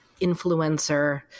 influencer